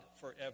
forever